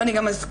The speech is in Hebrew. ואני גם אזכיר,